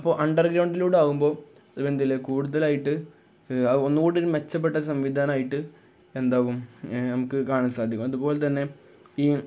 അപ്പോള് അണ്ടർഗ്രൗണ്ടിലൂടെയാകുമ്പോള് കൂടുതലായിട്ട് ഒന്നുകൂടി മെച്ചപ്പെട്ട സംവിധാനമായിട്ട് എന്താവും നമുക്ക് കാണാൻ സാധിക്കും അതുപോലെ തന്നെ ഈ